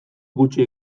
gutxi